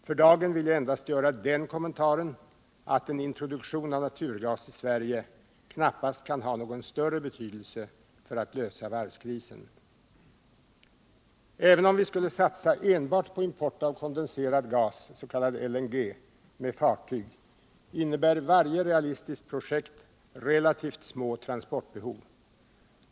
För dagen vill jag endast göra den kommentaren att en introduktion av naturgas i Sverige knappast kan ha någon större betydelse för att lösa varvskrisen. Även om vi skulle satsa enbart på import av kondenserad gas, s.k. LNG, med fartyg innebär varje realistiskt projekt relativt små transportbehov.